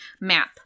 Map